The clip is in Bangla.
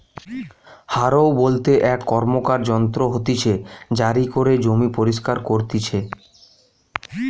হারও বলতে এক র্কমকার যন্ত্র হতিছে জারি করে জমি পরিস্কার করতিছে